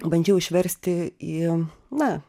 bandžiau išversti į na